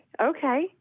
Okay